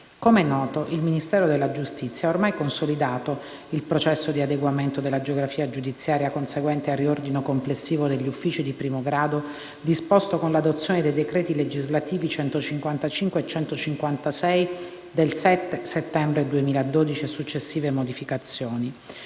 Come noto, il Ministero della giustizia ha ormai consolidato il processo di adeguamento della geografia giudiziaria conseguente al riordino complessivo degli uffici di primo grado, disposto con l'adozione dei decreti legislativi nn. 155 e 156 del 7 settembre 2012, e successive modificazioni.